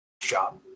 job